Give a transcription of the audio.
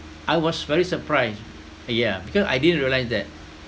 I was very surprised uh yeah because I didn't realise that